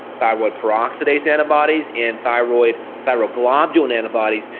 thyroid peroxidase antibodies, and thyroid thyroglobulin antibodies,